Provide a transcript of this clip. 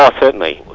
ah certainly.